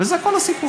וזה כל הסיפור.